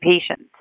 patients